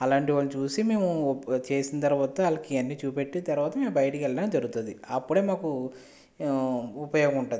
అలాంటి వాళ్ళు చూసి మేము చేసిన తరువాత వాళ్ళకి అన్ని చూపెట్టి తరువాత మేము బయటికి వెళ్ళడం జరుగుతుంది అప్పుడే మాకు ఉపయోగం ఉంటుంది